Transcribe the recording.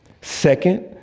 Second